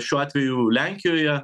šiuo atveju lenkijoje